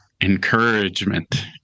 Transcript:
encouragement